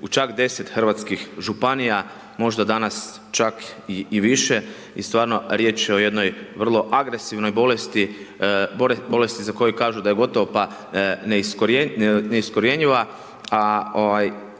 u čak 10 hrvatskih županija, možda danas čak i više i stvarno, riječ je o jednoj vrlo agresivnoj bolesti, bolesti za koju kažu da je gotovo pa neiskorjenjiva